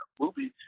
movies